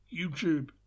YouTube